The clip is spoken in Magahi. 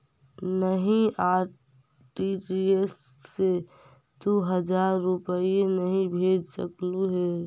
नहीं, आर.टी.जी.एस से तू हजार रुपए नहीं भेज सकलु हे